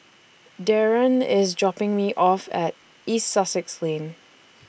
Deron IS dropping Me off At East Sussex Lane